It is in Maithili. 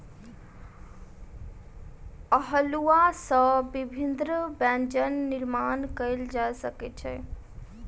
अउलुआ सॅ विभिन्न व्यंजन निर्माण कयल जा सकै छै